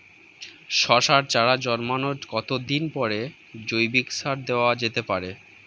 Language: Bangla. শশার চারা জন্মানোর কতদিন পরে জৈবিক সার দেওয়া যেতে পারে?